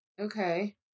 Okay